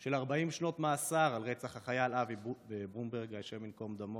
של 40 שנות מאסר על רצח החייל אבי ברומברג השם ייקום דמו,